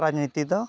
ᱨᱟᱡᱽᱱᱤᱛᱤ ᱫᱚ